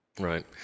Right